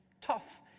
tough